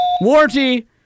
Warranty